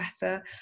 better